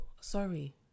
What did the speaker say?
sorry